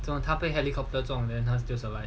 做么他被 helicopter 撞他 still alive